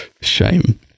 Shame